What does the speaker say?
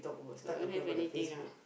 don't have anything ah